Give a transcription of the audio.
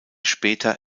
später